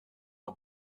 the